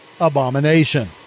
abomination